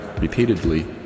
repeatedly